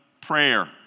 prayer